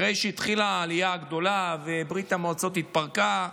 אחרי שהתחילה העלייה הגדולה וברית המועצות התפרקה,